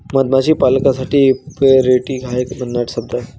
मधमाशी पालकासाठी ऍपेरिट हा एक भन्नाट शब्द आहे